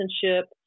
citizenship